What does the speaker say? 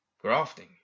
Grafting